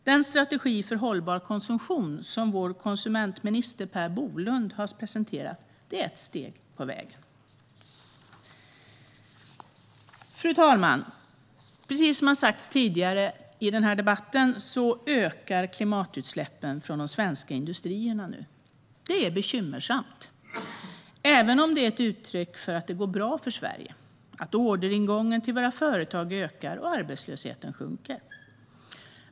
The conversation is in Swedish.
Den strategi för hållbar konsumtion som vår konsumentminister Per Bolund har presenterat är ett steg på vägen. Fru talman! Precis som har sagts tidigare i debatten ökar nu klimatutsläppen från de svenska industrierna. Det är bekymmersamt även om det är ett uttryck för att det går bra för Sverige, att orderingången till våra företag ökar och arbetslösheten sjunker.